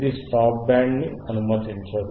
ఇది stop band ని అనుమతించదు